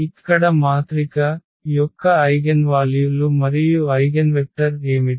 ఇక్కడ మాత్రిక యొక్క ఐగెన్వాల్యు లు మరియు ఐగెన్వెక్టర్ ఏమిటి